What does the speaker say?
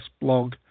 blog